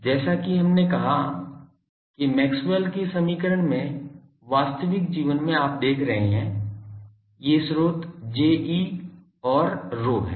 जैसा कि हमने कहा कि मैक्सवेल के समीकरण में वास्तविक जीवन में आप देख रहे हैं ये स्रोत Je और ρ हैं